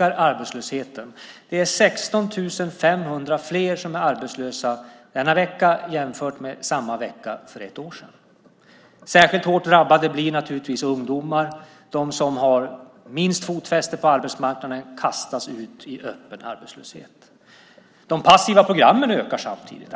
arbetslösheten nu ökar. Det är 16 500 fler som är arbetslösa denna vecka jämfört med samma vecka för ett år sedan. Särskilt hårt drabbade blir naturligtvis ungdomar. De som har minst fotfäste på arbetsmarknaden kastas ut i öppen arbetslöshet. De passiva programmen ökar samtidigt.